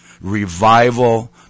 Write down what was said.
revival